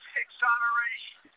exoneration